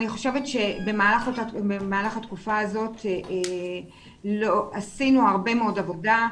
אני חושבת שבמהלך התקופה עשינו הרבה מאוד עבודה,